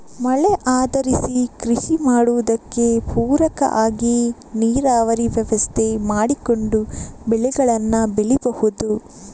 ಮಳೆ ಆಧರಿಸಿ ಕೃಷಿ ಮಾಡುದಕ್ಕೆ ಪೂರಕ ಆಗಿ ನೀರಾವರಿ ವ್ಯವಸ್ಥೆ ಮಾಡಿಕೊಂಡು ಬೆಳೆಗಳನ್ನ ಬೆಳೀಬಹುದು